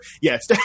yes